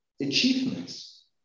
achievements